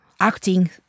acting